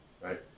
right